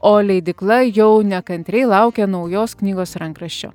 o leidykla jau nekantriai laukia naujos knygos rankraščio